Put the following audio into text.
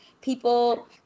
People